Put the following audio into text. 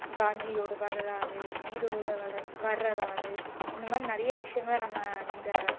காந்தியோட வரலாறு நேருவோட வரலாறு இந்த மாதிரி நிறைய விஷயங்களை நம்ம இந்த